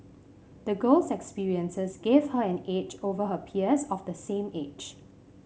the girl's experiences gave her an edge over her peers of the same age